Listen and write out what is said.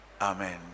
Amen